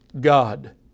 God